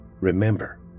Remember